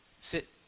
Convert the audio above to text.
sit